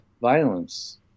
violence